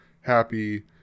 happy